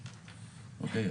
אוקיי?